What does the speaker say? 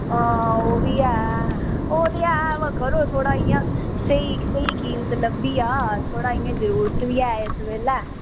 आं ओह्बी ऐ आं बाऽ करो थोह्ड़ा इंया स्हेई कीमत लब्भी जा थोह्ड़ा इंया जरूरत बी ऐ इस बेल्लै